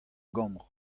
gambr